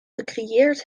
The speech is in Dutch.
gecreëerd